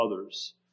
others